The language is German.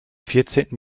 vierzehnten